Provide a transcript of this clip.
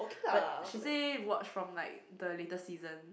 but she say watch from like the later season